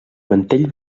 mantell